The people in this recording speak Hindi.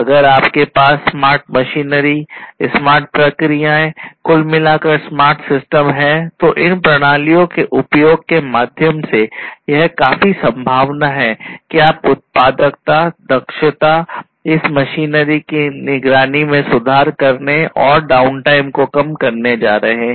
अगर आपके पास स्मार्ट मशीनरी स्मार्ट प्रक्रियाएं कुल मिलाकर स्मार्ट सिस्टम है तो इन प्रणालियों के उपयोग के माध्यम से यह काफी संभावना है कि आप उत्पादकता दक्षता इस मशीनरी का निगरानी में सुधार करने और डाउन टाइम को कम करने जा रहे हैं